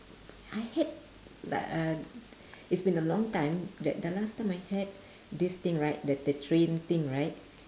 I had like uh it's been a long time that the last time I had this thing right the the train thing right